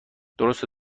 درسته